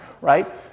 right